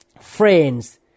friends